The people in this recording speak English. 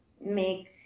make